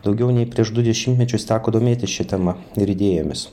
daugiau nei prieš du dešimtmečius teko domėtis šia tema ir idėjomis